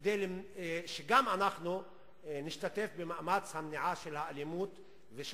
כדי שגם אנחנו נשתתף במאמץ המניעה של האלימות ושל